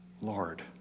Lord